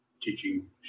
teaching